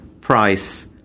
price